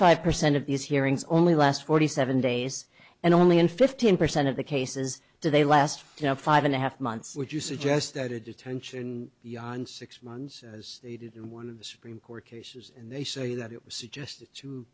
five percent of these hearings only last forty seven days and only in fifteen percent of the cases do they last for five and a half months would you suggest that a detention beyond six months as they did in one of the supreme court cases they say that it was just to